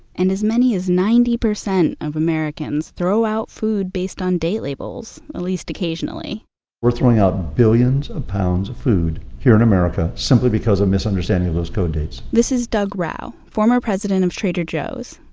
and as many as ninety percent of americans throw out food based on date labels, at least occasionally we're throwing out billions of pounds of food here in america simply because of misunderstanding of those code dates this is doug rauch, former president of trader joe's.